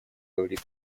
говорит